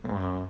orh